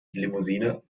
limousine